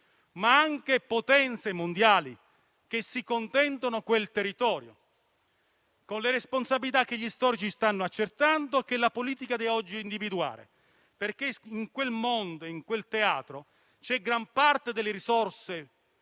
ma anche potenze mondiali che si contendono quel territorio, con le responsabilità che gli storici stanno accertando e che sta alla politica di oggi individuare. In quel mondo, in quel teatro, c'è gran parte delle risorse